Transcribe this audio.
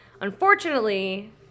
Unfortunately